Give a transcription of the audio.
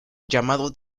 llamado